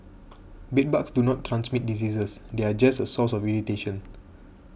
bedbugs do not transmit diseases they are just a source of irritation